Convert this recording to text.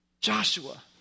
Joshua